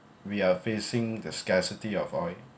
we are facing the scarcity of oil